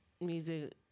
music